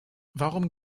warum